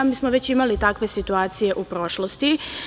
Mi smo već imali takve situacije u prošlosti.